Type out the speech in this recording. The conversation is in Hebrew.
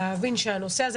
להבין שהנושא הזה,